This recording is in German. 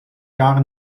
jahre